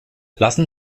lassen